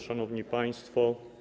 Szanowni Państwo!